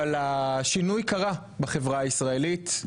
אבל השינוי קרה בחברה הישראלית,